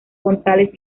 gonzález